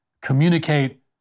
communicate